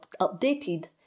updated